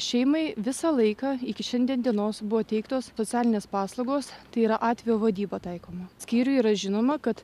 šeimai visą laiką iki šiandien dienos buvo teiktos socialinės paslaugos tai yra atvejo vadyba taikoma skyriui yra žinoma kad